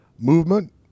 movement